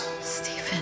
Stephen